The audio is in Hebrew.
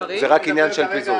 זה רק עניין של פיזור.